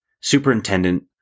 Superintendent